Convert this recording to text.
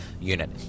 unit